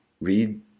read